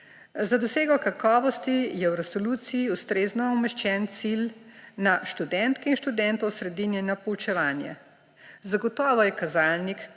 Za dosego kakovosti je v resoluciji ustrezno umeščen cilj na študentke in študente osredinjeno poučevanje. Zagotovo je kazalnik,